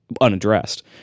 unaddressed